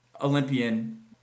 Olympian